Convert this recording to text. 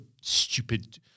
stupid